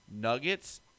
Nuggets